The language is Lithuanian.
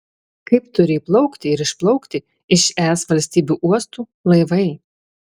kaip turi įplaukti ir išplaukti iš es valstybių uostų laivai